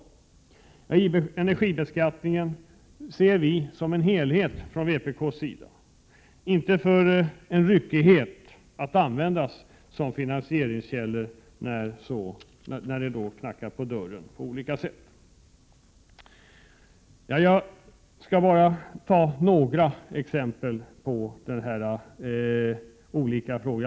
Från vpk:s sida ser vi energibeskattningen som en helhet, som inte skall präglas av ryckighet och användas som finansieringskälla när olika behov knackar på dörren. Jag skall bara ta några exempel på dessa olika frågor.